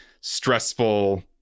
stressful